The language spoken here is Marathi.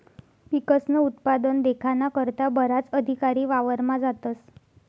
पिकस्नं उत्पादन देखाना करता बराच अधिकारी वावरमा जातस